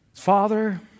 Father